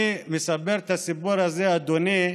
אני מספר את הסיפור הזה, אדוני,